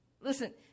Listen